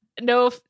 no